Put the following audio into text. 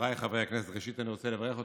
חבריי חברי הכנסת, ראשית, אני רוצה לברך אותך.